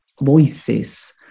voices